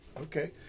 okay